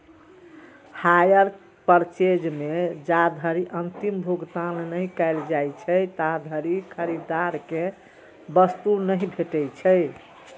hire purchase मे जाधरि अंतिम भुगतान नहि कैल जाइ छै, ताधरि खरीदार कें वस्तु नहि भेटै छै